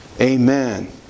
Amen